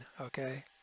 Okay